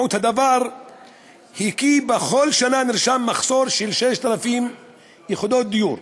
משמעות הדבר היא כי בכל שנה נרשם מחסור של 6,000 יחידות דיור,